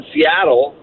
Seattle